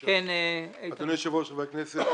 אדוני היושב-ראש, חברי הכנסת,